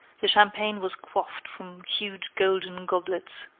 the champagne was quaffed from huge golden goblets.